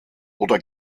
oder